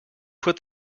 put